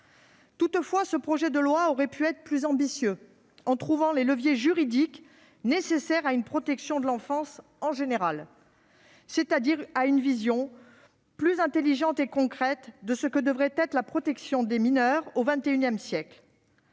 Toutefois, ce projet de loi aurait pu être plus ambitieux. Il aurait pu mettre en oeuvre les leviers juridiques nécessaires à une protection de l'enfance en général, fondée sur une vision plus intelligente et plus concrète de ce que devrait être la protection des mineurs au XXIsiècle.